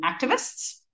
activists